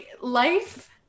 life